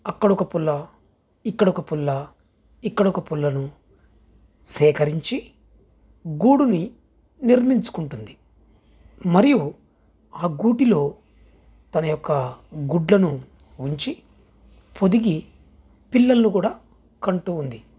అక్కడొక పుల్ల ఇక్కడొక పుల్ల ఇక్కడొక పుల్లను సేకరించి గూడుని నిర్మించుకుంటుంది మరియు ఆ గూటిలో తన యొక్క గుడ్లను ఉంచి పొదిగి పిల్లల్ను గూడా కంటూ ఉంది